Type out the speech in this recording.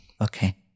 Okay